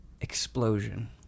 explosion